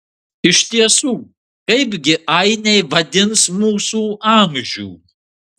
iš tiesų kaipgi ainiai vadins mūsų amžių